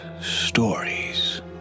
stories